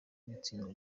w’itsinda